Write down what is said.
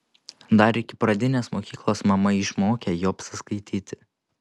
dar iki pradinės mokyklos mama išmokė jobsą skaityti